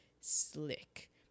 slick